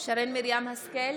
שרן מרים השכל,